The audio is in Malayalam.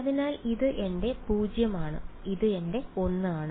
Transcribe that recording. അതിനാൽ ഇത് എന്റെ 0 ആണ് ഇത് എന്റെ l ആണ്